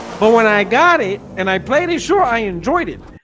but when i got it and i played it sure i enjoyed it.